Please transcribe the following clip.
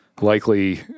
likely